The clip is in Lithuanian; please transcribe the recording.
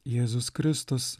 jėzus kristus